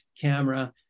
camera